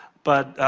but,